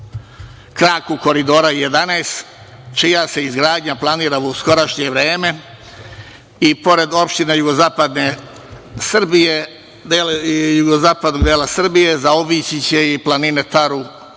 kraku Koridora 11, čija se izgradnja planira u skorašnje vreme i, pored opština jugozapadne Srbije, zaobići će planine Taru